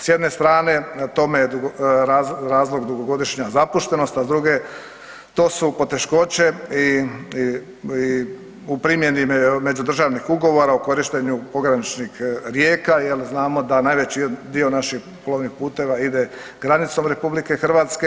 S jedne strane, tome je razlog dugogodišnja zapuštenost, a s druge, to su poteškoće i u primjeni međudržavnih ugovora o korištenju pograničnih rijeka jer znamo da najveći dio naših plovnih puteva ide granicom RH.